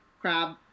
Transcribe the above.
Crab